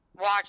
watch